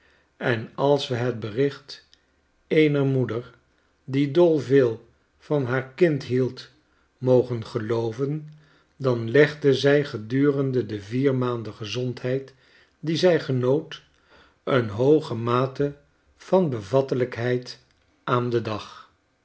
en als we het bericht eener moeder die dol veel van haar kind hield mogen gelooven dan legde zij gedurende de vier maanden gezondheid die zij genoot een hooge mate van bevattelijkheid aan den dag